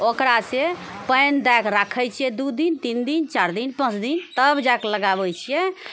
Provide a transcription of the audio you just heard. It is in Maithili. ओकरासँ पानि दए कऽ राखै छियै दू दिन तीन दिन चारि दिन पाँच दिन तब जाकऽ लगाबै छियै